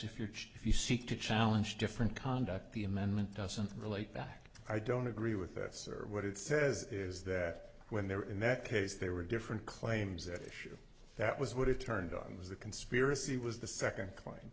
if you're if you seek to challenge different conduct the amendment doesn't relate that i don't agree with that sir what it says is that when there in that case there were different claims at issue that was what it turned out was the conspiracy was the second cla